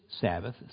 Sabbath